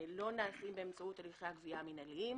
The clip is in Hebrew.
נעשים באמצעות הליכי הגבייה המנהליים,